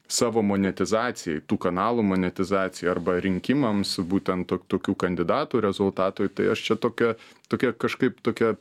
savo monetizacijai tų kanalų monetizacijai arba rinkimams būtent to tokių kandidatų rezultatui tai aš čia tokią tokią kažkaip tokią